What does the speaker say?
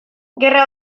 gerra